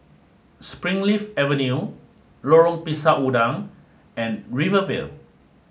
Springleaf Avenue Lorong Pisang Udang and Rivervale